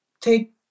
take